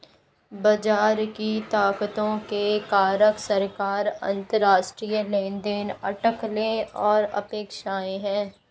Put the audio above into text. बाजार की ताकतों के कारक सरकार, अंतरराष्ट्रीय लेनदेन, अटकलें और अपेक्षाएं हैं